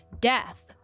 death